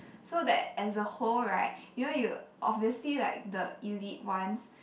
so that as a whole right you know you obviously like the elite ones